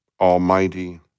Almighty